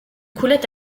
coulait